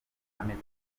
amezi